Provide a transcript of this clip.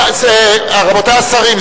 רבותי השרים,